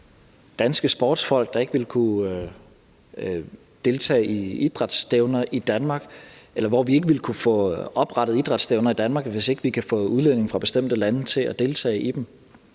danske virksomheder ikke ville kunne få besøg af forretningsforbindelser, og når vi ikke ville kunne få oprettet idrætsstævner i Danmark, hvis vi ikke kan få udlændinge fra bestemte lande til at deltage i dem.